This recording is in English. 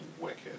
wicked